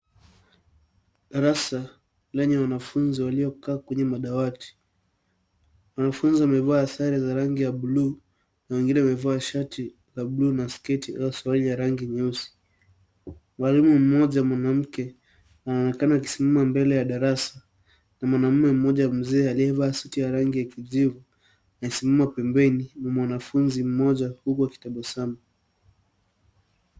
Darasa lenye wanafunzi waliokaa kwenye madawati. Wanafunzi wamevaa sare za rangi ya buluu na wengine wamevaa shati la buluu na sketi au suruali ya rangi nyeusi. Mwalimu mmoja mwanamke, anaonekana akisimama mbele ya darasa na mwanaume mmoja mzee aliyevaa suti ya rangi ya kijivu amesimama pembeni mwa mwanafunzi mmoja huku akitabasamu.